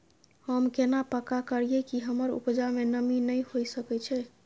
हम केना पक्का करियै कि हमर उपजा में नमी नय होय सके छै?